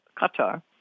Qatar